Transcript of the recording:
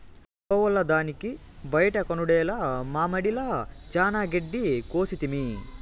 గోవుల దానికి బైట కొనుడేల మామడిల చానా గెడ్డి కోసితిమి